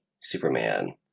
Superman